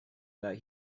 that